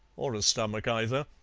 or a stomach either.